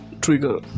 trigger